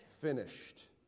finished